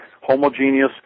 homogeneous